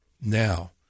now